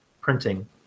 printing